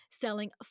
selling